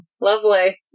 lovely